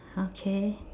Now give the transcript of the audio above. okay